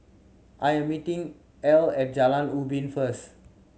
I am meeting Ell at Jalan Ubin first